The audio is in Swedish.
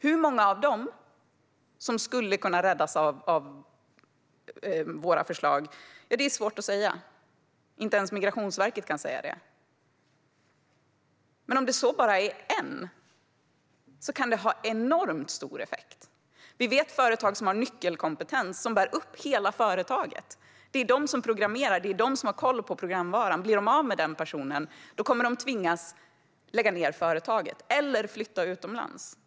Hur många av dem som skulle kunna räddas av våra förslag är svårt att säga. Inte ens Migrationsverket kan säga det. Men om det så bara är en enda kan det ha enormt stor effekt. Vi känner till företag som har nyckelkompetens som bär upp hela företaget. Det är de som programmerar och har koll på programvaran. Om företaget blir av med dessa personer kommer man att tvingas lägga ned företaget eller flytta utomlands.